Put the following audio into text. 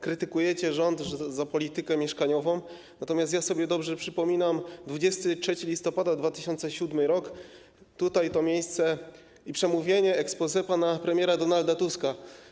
Krytykujecie rząd za politykę mieszkaniową, natomiast ja sobie dobrze przypominam 23 listopada 2007 r., tutaj, to miejsce i przemówienie, exposé pana premiera Donalda Tuska.